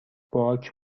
باک